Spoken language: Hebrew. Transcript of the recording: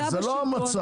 זה לא המצב.